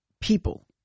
people